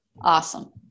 Awesome